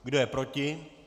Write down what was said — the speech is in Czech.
Kdo je proti?